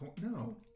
No